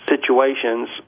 situations